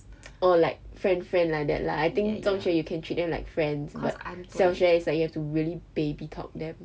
orh like friend friend like that lah I think 中学 you can treat them like friends but 小学 is like you really have to baby talk them